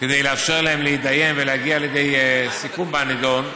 כדי לאפשר להם להתדיין ולהגיע לידי סיכום בנדון,